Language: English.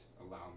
allow